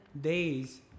days